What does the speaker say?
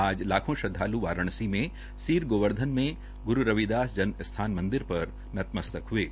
आज लाखों श्रदवाल् वाराणसी में सीर गोवर्धन में गुरू रविदास जन्म स्थान मंदिर पर नतमस्तक हये